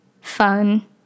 fun